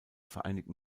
vereinigten